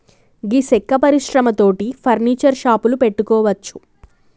గీ సెక్క పరిశ్రమ తోటి ఫర్నీచర్ షాపులు పెట్టుకోవచ్చు